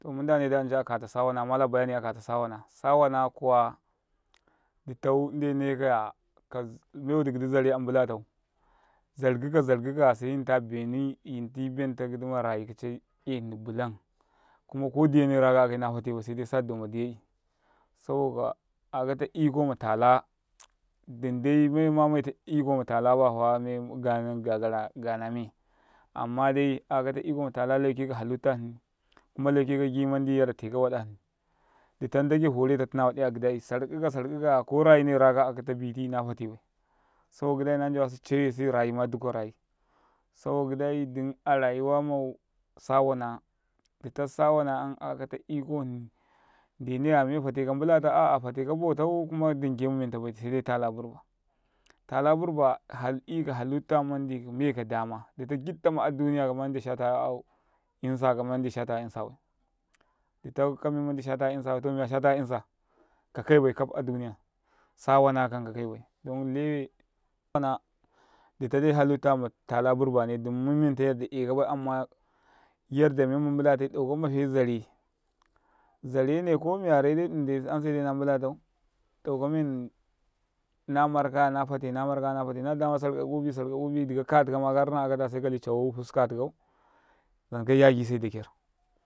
﻿Munɗane jamanca kata sawana mala bayani akata sawaba sawana kuwa ɗitau nɗenekaya kame waɗi ɡiɗi zare a mbulatau shaɗka shaɗkaya se yita beni yinti benɡiɗi marayi yihni bulam ko di 'yane raka akai na fatebai se ɗa sa ɗon na ɗiyai saboka akata iko matala ɗin ɗai ma mayata iko matala bayfa me ɡaɡara ɡanamey amma ɗai akata iko matala laukeka halitta hni kuma lauka ka ɡita manɗ yarteka waɗai hni ɗitan nɗaɡai foreta tina waɗai aɡida i shaɗka -shaɗka 'ya ko rayine raka akata biti nafate bai saboka ɡȉɗaȉ nacawese rayima dukkarayi saboka ɡiɗai ɗum arayuwa mau sawana ɗita sawana a akatatau iko hni nɗenekaya me fateka ka mbulatau a'a fetekau kabo tau ɗumke mumentabai sai tala burba tala burba 'yaka halitta manɗi mekadama ɗitau ɡiɗtama aduniya kaba mandi shat aka a insa bai ditau kamenmandi shata insababa ta miya shataka insaka kaibai kaf aduniya sawana kan kakaibai don lewe masawana ditadai halittama tala burbane dum momenta yadda ekabai amma yadda menma mbula tai ɗau maɗe zare zarene ko miyare ansedai na mbulatau dauka meni na markaya nafake namarkaya nafate na dama shadubi shadubi dikau ka tikama karaninabi se ka kali cawawa fuska tikau nenge ya sai da kyar.